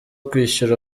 kwishyura